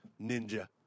ninja